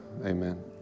Amen